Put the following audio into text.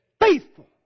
faithful